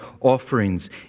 offerings